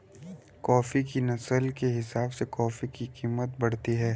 coffee की नस्ल के हिसाब से कॉफी की कीमत बढ़ती है